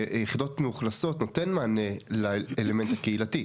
יחידות מאוכלסות נותן מענה לאלמנט הקהילתי.